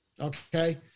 Okay